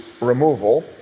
removal